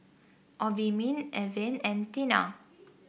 Obimin Avene and Tena